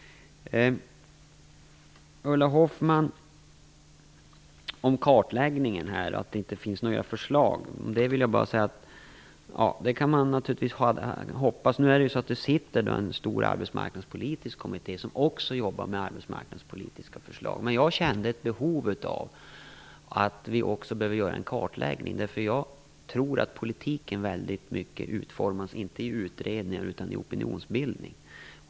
Ulla Hoffmann talade om kartläggningen och att det finns några nya förslag. Jag vill bara säga att det kan man naturligtvis hoppas. En stor arbetsmarknadspolitisk kommitté arbetar nu också med arbetsmarknadspolitiska förslag. Jag kände ett behov av att också göra en kartläggning. Jag tror att politiken i stor utsträckning utformas i opinionsbildning, och inte i utredningar.